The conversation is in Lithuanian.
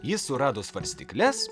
jis surado svarstykles